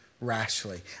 rashly